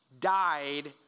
died